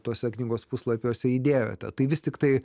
tuose knygos puslapiuose įdėjote tai vis tiktai